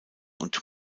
und